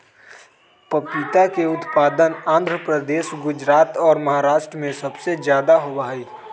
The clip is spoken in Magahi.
पपीता के उत्पादन आंध्र प्रदेश, गुजरात और महाराष्ट्र में सबसे ज्यादा होबा हई